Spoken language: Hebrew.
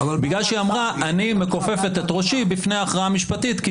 אלא בגלל שהיא אמרה אני מכופפת את ראשי בפני ההכרעה המשפטית.